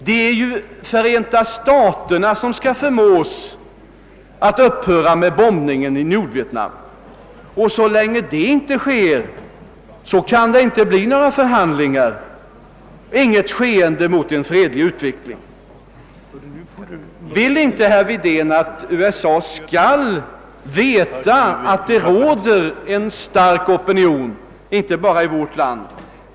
Det är ju Förenta staterna som skall förmås att upphöra med bombningen av Nordvietnam. Så länge det inte skett blir det inga förhandlingar och inget skeende mot en fredlig utveckling. Vill inte herr Wedén att USA skall veta om den starka opinion som råder i vårt land och på andra håll?